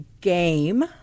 game